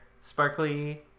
sparkly